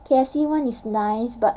K_F_C's one is nice but